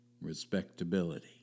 respectability